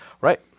right